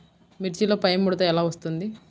మిర్చిలో పైముడత ఎలా వస్తుంది?